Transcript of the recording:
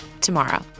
tomorrow